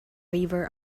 river